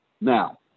Now